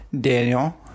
Daniel